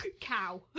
cow